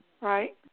right